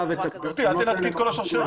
גברתי, אל תנתקי את כל השרשרת.